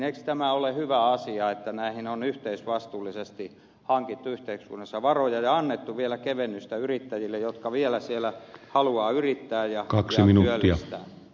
eikö tämä ole hyvä asia että näihin on yhteisvastuullisesti hankittu yhteiskunnassa varoja ja on annettu vielä kevennystä yrittäjille jotka vielä siellä haluavat yrittää ja työllistää